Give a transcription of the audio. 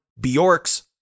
Bjork's